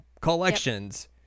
collections